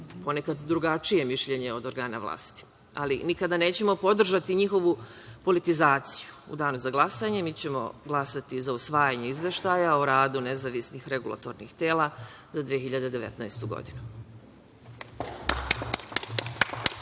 ponekad drugačije mišljenje od organa vlasti. Ali, nikada nećemo podržati njihovu politizaciju. U danu za glasanje mi ćemo glasati za usvajanje izveštaja o radu nezavisnih regulatornih tela za 2019. godinu.